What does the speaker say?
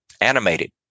animated